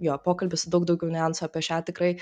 jo pokalbį su daug daugiau niuansų apie šią tikrai